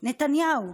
נתניהו: